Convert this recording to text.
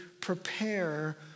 prepare